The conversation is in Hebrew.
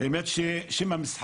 למעט החלק של מחלקות ההנדסה,